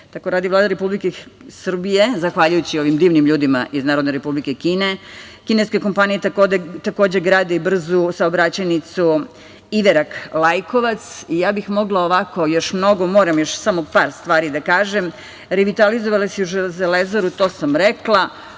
Tako radi Vlada Republike Srbije, zahvaljujući ovim divnim ljudima iz Narodne Republike Kine. Kineske kompanije takođe grade brzu saobraćajnicu Iverak-Lajkovac i ja bih mogla ovako još mnogo, ali moram samo još par stvari da kažem. Revitalizovali su „Železaru“, to sam rekla.